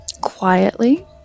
quietly